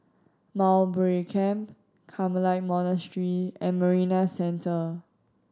Mowbray Camp Carmelite Monastery and Marina Centre